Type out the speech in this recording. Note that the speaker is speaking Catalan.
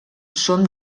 són